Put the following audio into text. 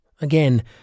Again